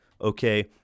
Okay